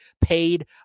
paid